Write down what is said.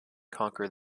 conquer